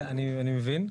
אני מבין.